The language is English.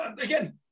Again